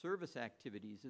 service activities